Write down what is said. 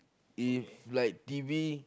if like t_v